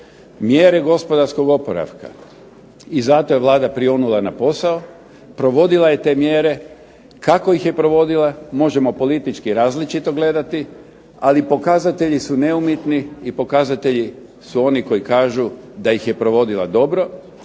mjere gospodarskog oporavka, i zato je Vlada prionula na posao, provodila je te mjere, kako ih je provodila možemo politički različito gledati, ali pokazatelji su neumitni i pokazatelji su oni koji kažu da ih je provodila dobro,